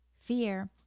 Fear